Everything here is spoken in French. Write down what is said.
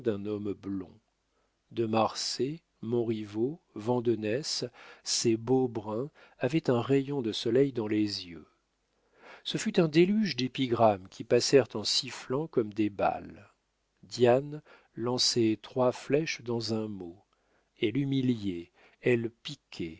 homme blond de marsay montriveau vandenesse ces beaux bruns avaient un rayon de soleil dans les yeux ce fut un déluge d'épigrammes qui passèrent en sifflant comme des balles diane lançait trois flèches dans un mot elle humiliait elle piquait